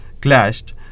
clashed